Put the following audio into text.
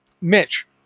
mitch